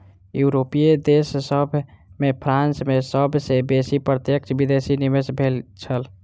यूरोपीय देश सभ में फ्रांस में सब सॅ बेसी प्रत्यक्ष विदेशी निवेश भेल छल